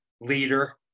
leader